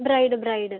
bride bride